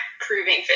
proving